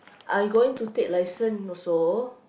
I going to take license also